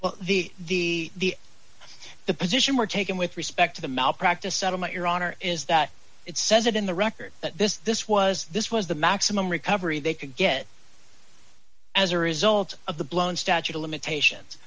right the the the position we're taking with respect to the malpractise settlement your honor is that it says it in the record that this this was this was the maximum recovery they could get as a result of the blown statute of limitations